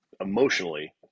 emotionally